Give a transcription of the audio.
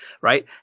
right